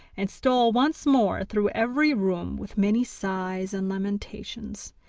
and stole once more through every room, with many sighs and lamentations.